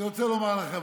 אני רוצה לומר לכם,